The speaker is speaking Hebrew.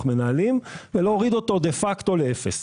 מנהלים ולהוריד אותו דה פקטו לאפס.